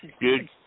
Good